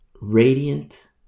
radiant